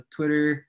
Twitter